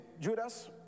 Judas